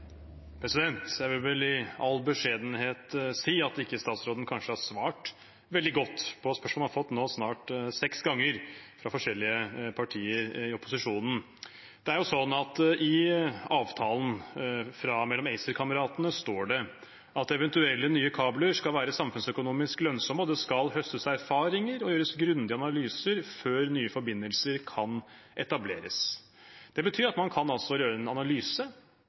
Jeg vil vel i all beskjedenhet si at statsråden kanskje ikke har svart veldig godt på spørsmålet han har fått nå snart seks ganger fra forskjellige partier i opposisjonen. I avtalen mellom ACER-kameratene står det: «Eventuelle nye kabler skal være samfunnsøkonomisk lønnsomme og det skal høstes erfaringer og gjøres grundige analyser før nye forbindelser kan etableres.» Det betyr at man kan gjøre en analyse